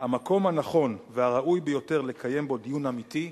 המקום הנכון והראוי ביותר לקיים בו דיון אמיתי,